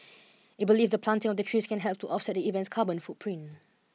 it believes the planting of the trees can help to offset the event's carbon footprint